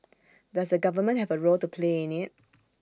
does the government have A role to play in IT